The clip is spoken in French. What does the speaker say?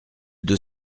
deux